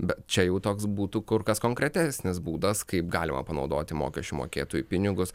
bet čia jau toks būtų kur kas konkretesnis būdas kaip galima panaudoti mokesčių mokėtojų pinigus